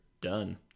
done